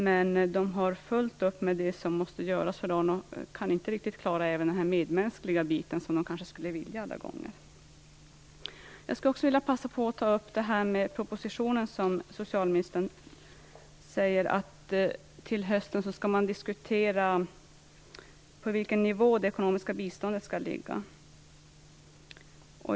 Men de har fullt upp med det som måste göras för dagen, och de kan inte riktigt klara även den medmänskliga biten, trots att de skulle vilja det många gånger. Jag vill också passa på att ta upp propositionen som socialministern nämner. Hon säger att man till hösten skall diskutera på vilken nivå det ekonomiska biståndet skall ligga.